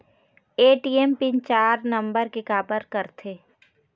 ATM pin चार number के काबर करथे?